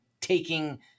taking